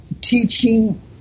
teaching